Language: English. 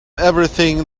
everything